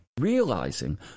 Realizing